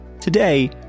Today